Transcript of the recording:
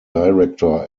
director